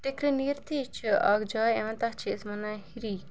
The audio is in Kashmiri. ٹِکٕرٕ نیٖرتھٕے چھِ اَکھ جاے یِوان تَتھ چھِ أسۍ وَنان ہِری